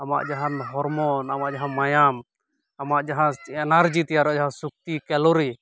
ᱟᱢᱟᱜ ᱡᱟᱦᱟᱸ ᱦᱚᱨᱢᱚᱱ ᱟᱢᱟᱜ ᱡᱟᱦᱟᱸ ᱢᱟᱭᱟᱢ ᱟᱢᱟᱜ ᱡᱟᱦᱟᱸ ᱮᱱᱟᱨᱡᱤ ᱛᱮᱭᱟᱨᱚᱜ ᱼᱟ ᱡᱟᱦᱟᱸ ᱥᱚᱠᱛᱤ ᱠᱮᱞᱳᱨᱤ